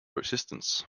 resistance